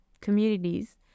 communities